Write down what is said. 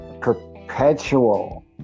perpetual